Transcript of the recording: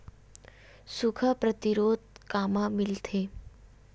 सुखा प्रतिरोध कामा मिलथे?